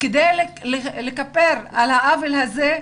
כדי לכפר על העוול הזה,